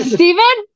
Stephen